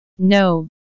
No